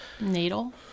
Natal